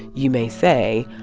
you may say,